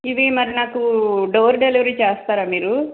ఇవి మరి నాకు డోర్ డెలివరీ చేస్తారా మీరు